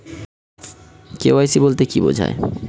KYC বলতে কি বোঝায়?